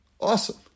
Awesome